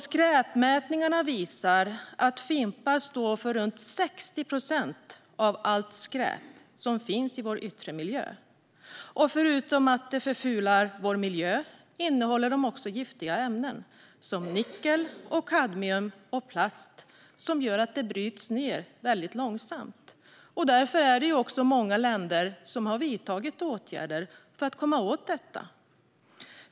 Skräpmätningar visar att fimpar står för runt 60 procent av allt skräp i vår yttre miljö. Förutom att fimpar förfular vår miljö innehåller de också giftiga ämnen som nickel, kadmium och plast, som gör att de bryts ned väldigt långsamt. Därför har också många länder vidtagit åtgärder för att komma åt detta.